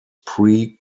pre